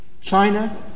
China